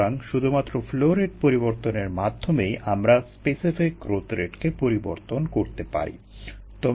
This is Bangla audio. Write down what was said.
সুতরাং শুধুমাত্র ফ্লো রেট পরিবর্তনের মাধ্যমেই আমরা স্পেসিফিক গ্রোথ রেটকে পরিবর্তন করতে পারি